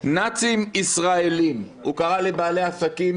"נאצים ישראלים", הוא קרא לבעלי עסקים